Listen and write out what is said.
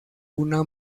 una